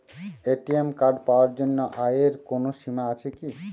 ATM card পাওয়ার জন্য আয়ের কোনো সীমা আছে কি?